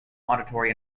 auditory